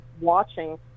watching